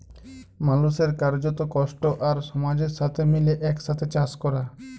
মালুসের কার্যত, কষ্ট আর সমাজের সাথে মিলে একসাথে চাস ক্যরা